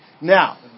Now